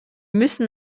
müssen